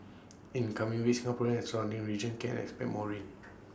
in the coming weeks Singapore and surrounding region can expect more rain